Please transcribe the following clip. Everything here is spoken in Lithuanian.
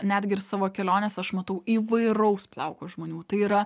netgi ir savo kelionėse aš matau įvairaus plauko žmonių tai yra